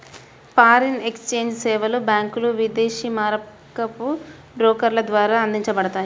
foreign exchange సేవలు బ్యాంకులు, విదేశీ మారకపు బ్రోకర్ల ద్వారా అందించబడతాయి